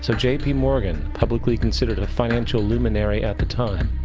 so j p. morgan, publicly considered a financial luminary at the time,